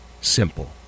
simple